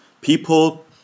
People